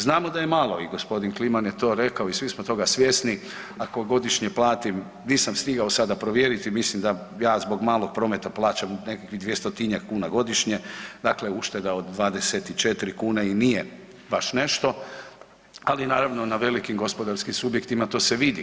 Znamo da je malo i gospodin Kliman je to rekao i svi smo toga svjesni, ako godišnje platim nisam stigao sada provjeriti, mislim da ja zbog malog prometa plaćam nekakvih 200-njak kuna godišnje, dakle ušteda od 24 kune i nije baš nešto, ali naravno na velikim gospodarskim subjektima to se vidi.